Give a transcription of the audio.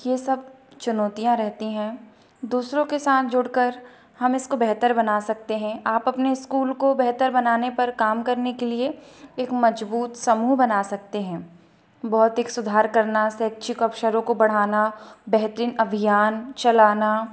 यह सब चुनौतियाँ रहती हैं दूसरों के साथ जुड़ कर हम इसको बेहतर बना सकते हैं आप अपने स्कूल को बेहतर बनाने पर काम करने के लिए एक मजबूत समूह बना सकते हैं भौतिक सुधार करना शैक्षिक अवसरों को बढ़ाना बेहतरीन अभियान चलाना